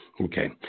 Okay